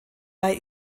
bei